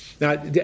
Now